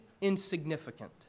insignificant